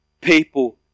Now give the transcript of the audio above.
people